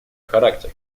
характер